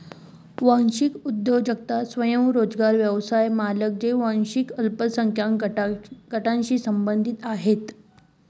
वांशिक उद्योजकता स्वयंरोजगार व्यवसाय मालक जे वांशिक अल्पसंख्याक गटांशी संबंधित आहेत